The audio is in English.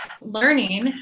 learning